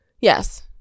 Yes